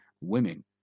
women